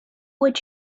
would